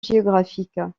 géographique